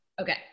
Okay